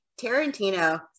Tarantino